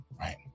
Right